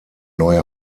neue